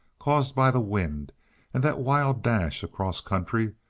caused by the wind and that wild dash across country,